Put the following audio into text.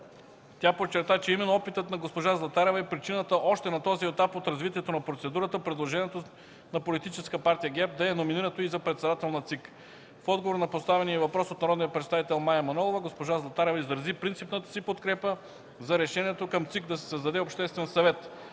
Тя подчерта, че именно опитът на госпожа Златарева е причината още на този етап от развитието на процедурата предложението на Политическа партия ГЕРБ да е номинирането й за председател на Централната избирателна комисия. В отговор на поставения й въпрос от народния представител Мая Манолова, госпожа Златарева изрази принципната си подкрепа за решението към Централната избирателна